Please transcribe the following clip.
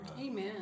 Amen